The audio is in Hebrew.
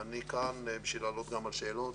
אני כאן כדי לענות גם על שאלות.